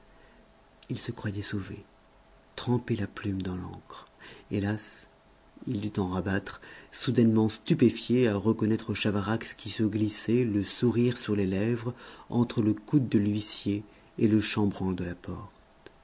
il se croyait sauvé trempait la plume dans l'encre hélas il dut en rabattre soudainement stupéfié à reconnaître chavarax qui se glissait le sourire sur les lèvres entre le coude de l'huissier et le chambranle de la porte